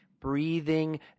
breathing